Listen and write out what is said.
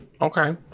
okay